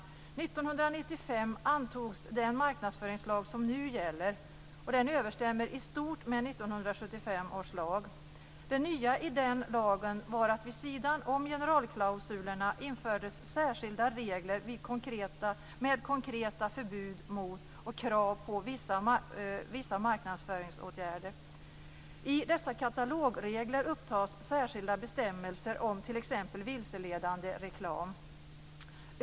1995 antogs den marknadsföringslag som nu gäller, och den överensstämmer i stort med 1975 års lag. Det nya i den lagen var att det, vid sidan om generalklausulerna, infördes särskilda regler med konkreta förbud mot och krav på vissa marknadsföringsåtgärder. I dessa katalogregler upptas särskilda bestämmelser om t.ex. vilseledande reklam.